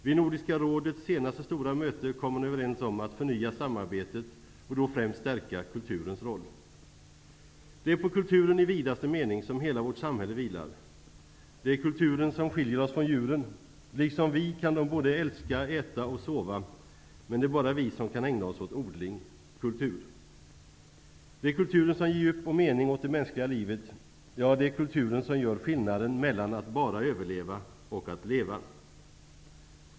Vid Nordiska rådets senaste stora möte kom man överens om att förnya samarbetet och då främst stärka kulturens roll. Det är på kulturen i vidaste mening som hela vårt samhälle vilar. Det är kulturen som skiljer oss från djuren. Liksom vi kan de både älska, äta och sova. Men det är bara vi som kan ägna oss åt odling, kultur. Det är kulturen som ger djup och mening åt det mänskliga livet. Ja, det är kulturen som gör skillnaden mellan att bara överleva och att leva.